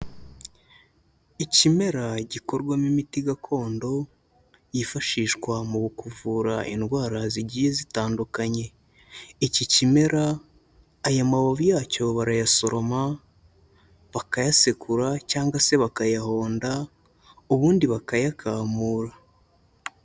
Ikimera gikorwamo imiti gakondo yifashishwa mu kuvura indwara zigiye zitandukanye, iki kimera aya mababi yacyo barayasoroma, bakayasekura cyangwa se bakayahonda, ubundi bakayakamura.